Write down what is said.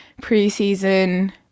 pre-season